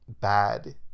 bad